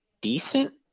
decent